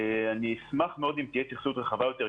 אני אשמח מאוד אם תהיה התייחסות רחבה יותר,